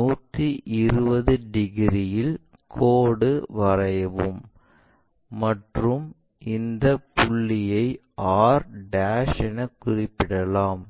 120 டிகிரிகளில் கோடு வரையவும் மற்றும் இந்த புள்ளியை r என குறிப்பிடலாம்